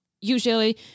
usually